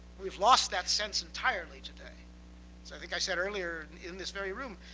we've lost that sense entirely today. so i think i said earlier, in this very room,